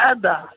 അതാ